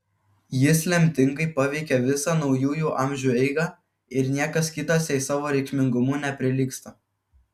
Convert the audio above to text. jis lemtingai paveikė visą naujųjų amžių eigą ir niekas kitas jai savo reikšmingumu neprilygsta